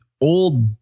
old